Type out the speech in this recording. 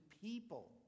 people